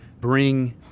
bring